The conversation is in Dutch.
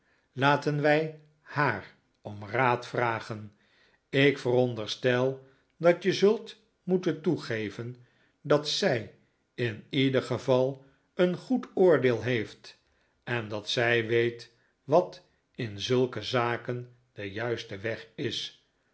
laten wij haar om raad vragen ik veronderstel dat je zult moeten toegeven dat zij in ieder geval een goed oordeel heeft en dat zij weet wat in zulke zaken de juiste weg is